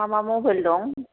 मा मा मबाइल दं